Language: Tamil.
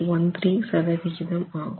13 சதவிகிதம் ஆகும்